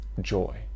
joy